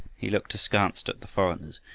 he looked askance at the foreigners,